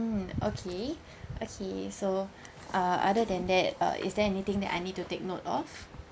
okay okay so uh other than that uh is there anything that I need to take note of